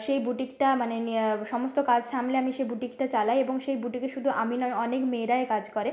সেই বুটিকটা মানে ন্ সমস্ত কাজ সামলে আমি সে বুটিকটা চালাই এবং সেই বুটিকে শুধু আমি নয় অনেক মেয়েরাই কাজ করে